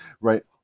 right